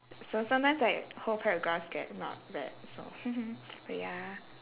so sometimes like whole paragraphs get not read so but ya